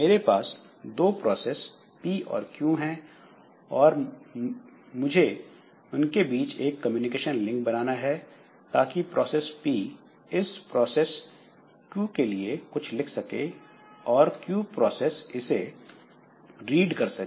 मेरे पास दो प्रोसेस P और Q है और मुझे इनके बीच एक कम्युनिकेशन लिंक बनाना है ताकि यह प्रोसेस पी इस प्रोसेस Q के लिए कुछ लिख सके और Q प्रोसेस इसे रीड कर सके